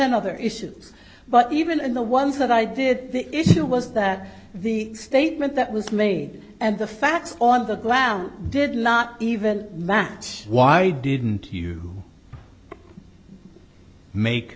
ten other issues but even in the ones that i did the issue was that the statement that was made and the facts on the ground did not even match why didn't you make